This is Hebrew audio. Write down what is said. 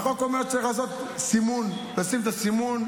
החוק אומר שצריך לעשות סימון, לשים את הסימון.